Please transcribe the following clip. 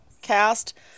Cast